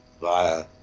via